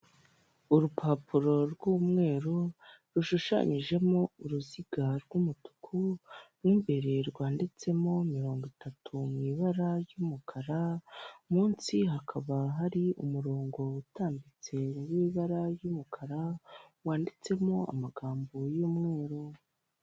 Urupapuro rw'umweru rushushanyijemo uruziga rw'umutuku mu imbere rwanditsemo mirongo itatu mu ibara ry'umukara, munsi hakaba hari umurongo utambitse w'ibara ry'umukara wanditsemo amagambo y'umweru.